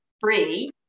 free